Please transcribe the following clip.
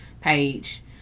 page